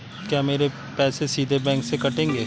क्या मेरे पैसे सीधे बैंक से कटेंगे?